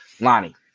Lonnie